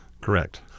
Correct